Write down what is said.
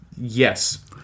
Yes